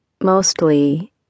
Mostly